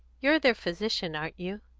you're their physician, aren't you?